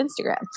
Instagram